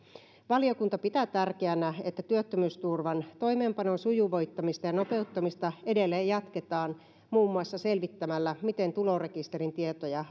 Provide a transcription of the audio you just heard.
valiokunta pitää tärkeänä että työttömyysturvan toimeenpanon sujuvoittamista ja nopeuttamista edelleen jatketaan muun muassa selvittämällä miten tulorekisterin tietoja